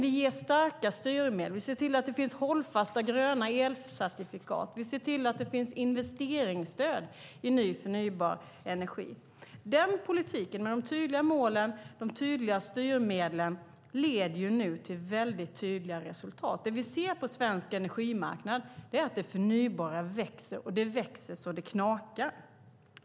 Vi ger dock starka styrmedel, ser till att det finns hållfasta gröna elcertifikat och ser till att det finns investeringsstöd i ny förnybar energi. Denna politik med tydliga mål och tydliga styrmedel leder nu till väldigt tydliga resultat. Det vi ser på svensk energimarknad är att andelen förnybar energi växer, och den växer så att det knakar.